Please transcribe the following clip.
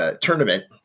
tournament